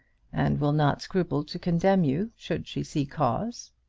and will not scruple to condemn you should she see cause.